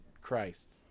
christ